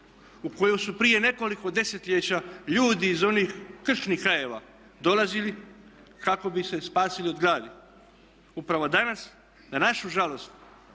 u koju su prije nekoliko desetljeća ljudi iz onih kršnih krajeva dolazili kako bi se spasili od gladi. Upravo danas na našu žalost